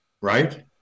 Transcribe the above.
right